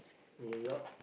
New York